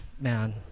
Man